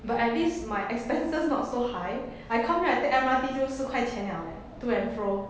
but at least my expenses not so high I come right the M_R_T 就四块钱了 leh to and fro